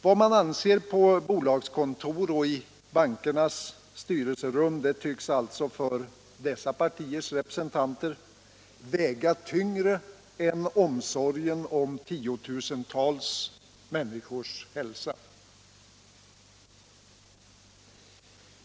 Vad man anser på bolagskontor och i bankernas styrelserum tycks alltså för dessa partiers representanter väga tyngre än omsorgen om tiotusentals människors hälsa.